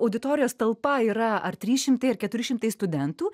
auditorijos talpa yra ar trys šimtai ar keturi šimtai studentų